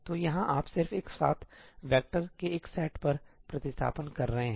तो यहाँ आप सिर्फ एक साथ वैक्टर के एक सेट पर प्रतिस्थापन कर रहे हैं